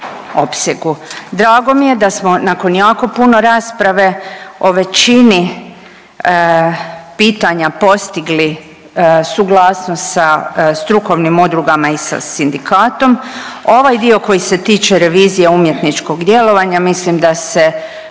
Drago mi je da smo nakon jako puno rasprave o većini pitanja postigli suglasnost sa strukovnim udrugama i sa sindikatom. Ovaj dio koji se tiče revizije umjetničkog djelovanja mislim da se